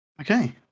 Okay